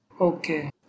Okay